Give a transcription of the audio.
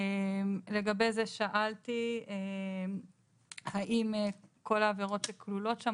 לגבי זה שאלתי האם כל העבירות שכלולות שם?